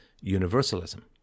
universalism